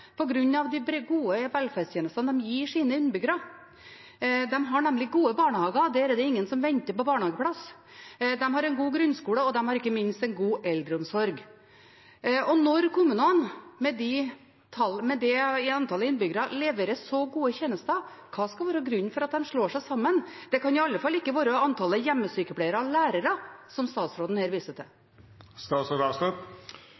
gode velferdstjenestene de gir sine innbyggere. De har nemlig gode barnehager. Der er det ingen som venter på barnehageplass. De har en god grunnskole, og de har ikke minst en god eldreomsorg. Når kommuner med det antallet innbyggere leverer så gode tjenester, hva skal være grunnen til at de slår seg sammen? Det kan i alle fall ikke være antallet hjemmesykepleiere eller lærere, som statsråden her viser til.